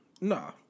Nah